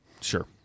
Sure